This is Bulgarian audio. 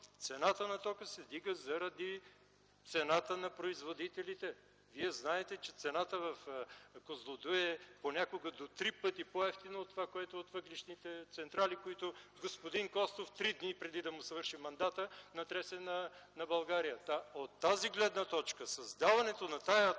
Цената на тока се вдига заради цената на производителите. Вие знаете, че цената в „Козлодуй” е понякога до три пъти по-евтина от това, което е от въглищните централи, които господин Костов три дни преди да му свърши мандата, натресе на България. От тази гледна точка, създаването на тази атмосфера